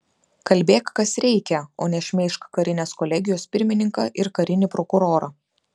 kalbėk kas reikia o ne šmeižk karinės kolegijos pirmininką ir karinį prokurorą